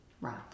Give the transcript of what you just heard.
Right